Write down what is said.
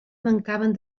mancaven